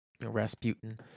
Rasputin